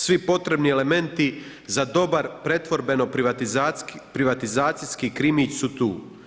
Svi potrebni elementi za dobar pretvorbeno privatizacijski krimić su tu.